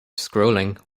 scrolling